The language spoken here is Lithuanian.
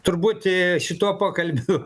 tur būti šituo pokalbiu